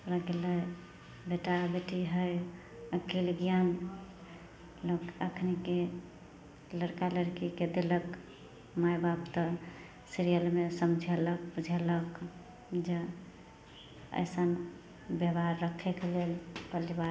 बेटा बेटी हइ अकेले ज्ञान लोक अखनीके लड़का लड़कीके देलक माइ बाप तऽ सीरियल मे समझेलक बुझेलक जऽ अइसन बेहबार रखय के लेल पलिबार